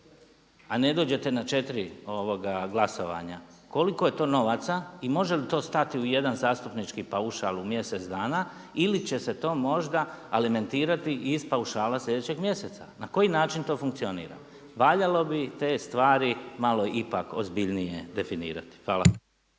a ne dođete na 4 glasovanja koliko je to novaca i može li to stati u jedan zastupnički paušal u mjesec dana ili će se to možda alimentirati iz paušala sljedećeg mjeseca. Na koji način to funkcionira? Valjalo bi te stvari malo ipak ozbiljnije definirati. Hvala.